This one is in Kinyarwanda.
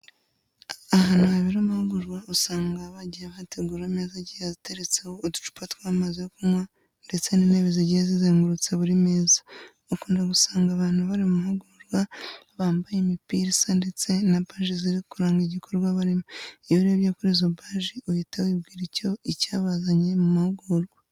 Ahantu habera amahugurwa usanga bagiye bahategura ameza agiye ateretseho uducupa tw'amazi yo kunywa ndetse n'intebe zigiye zizengurutse buri meza. Ukunda gusanga abantu bari mu mahugurwa bambaye imipira isa ndetse na baji ziri kuranga igikorwa barimo. Iyo urebye kuri izo baji uhita wibwira icyabazanye mu mahugurwa.